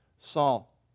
Saul